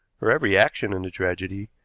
her every action in the tragedy,